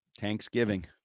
Thanksgiving